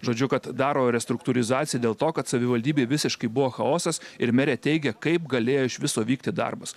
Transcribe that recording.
žodžiu kad daro restruktūrizaciją dėl to kad savivaldybėj visiškai buvo chaosas ir merė teigia kaip galėjo iš viso vykti darbas